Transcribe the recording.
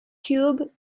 cube